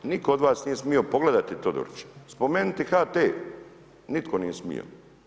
Nitko od vas nije smio pogledati Todorića, spomenuti HT, nitko nije smio.